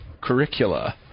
curricula